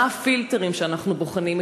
מה הפילטרים שאנחנו בוחנים?